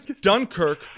Dunkirk